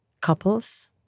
couples